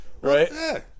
right